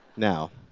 now,